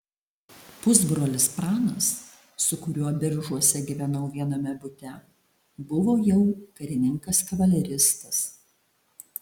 pusbrolis pranas su kuriuo biržuose gyvenau viename bute buvo jau karininkas kavaleristas